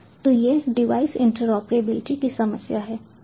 तो यह device interoperability की समस्या है